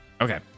okay